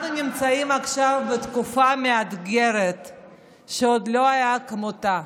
אנחנו נמצאים עכשיו בתקופה מאתגרת שעוד לא הייתה כמותה.